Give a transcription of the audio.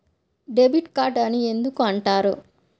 Debit card అని ఎందుకు అంటారు?